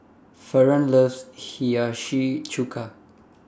Fernand loves Hiyashi Chuka